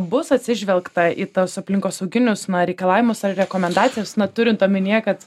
bus atsižvelgta į tas aplinkosauginius reikalavimus ar rekomendacijos na turint omenyje kad